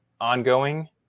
ongoing